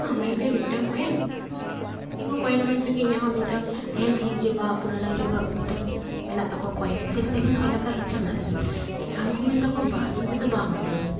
ᱤᱧ ᱮᱢᱟᱹᱧ ᱯᱮ ᱢᱤᱫᱴᱟᱝ ᱠᱚᱭᱮᱱ ᱤᱧᱦᱚᱸ ᱠᱚᱭᱮᱱ ᱮᱢᱟᱹᱧ ᱯᱮ ᱤᱧᱟᱜ ᱦᱚᱸ ᱢᱤᱫᱴᱟᱝ ᱛᱟᱦᱮᱱ ᱛᱤᱧᱟᱹ ᱡᱮ ᱵᱟ ᱯᱩᱨᱚᱱᱚ ᱡᱩᱜᱽ ᱟᱜ ᱢᱤᱫᱴᱮᱝ ᱢᱮᱱᱟᱜ ᱛᱟᱠᱚᱣᱟ ᱠᱚᱭᱮᱱ ᱥᱮ ᱞᱮᱠᱟ ᱫᱚᱦᱚᱭ ᱞᱮᱠᱟ ᱤᱪᱪᱷᱟ ᱢᱮᱱᱟᱜ ᱛᱤᱧᱟᱹ ᱠᱮ ᱩᱱᱠᱩ ᱢᱮᱱᱮᱫᱟ ᱠᱚ ᱵᱟ ᱤᱧᱛᱮᱫᱚ ᱵᱟ ᱮᱢᱟ ᱫᱟᱲᱮᱟᱢᱟᱹᱧ